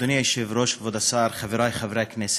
אדוני היושב-ראש, כבוד השר, חברי חברי הכנסת,